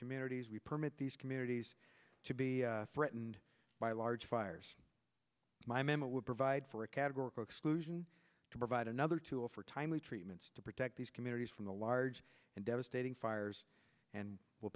communities we permit these communities to be threatened by large fires my memory will provide for a categorical exclusion to provide another tool for timely treatments to protect these communities from the large and devastating fires and w